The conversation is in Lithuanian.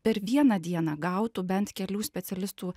per vieną dieną gautų bent kelių specialistų